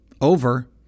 over